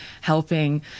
helping